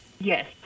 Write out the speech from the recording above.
Yes